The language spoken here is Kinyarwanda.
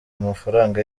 mafaranga